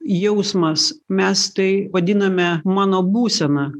jausmas mes tai vadiname mano būsena